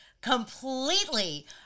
completely